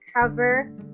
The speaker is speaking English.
cover